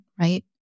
right